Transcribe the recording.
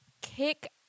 Kick